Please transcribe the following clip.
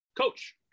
coach